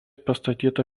pastatyta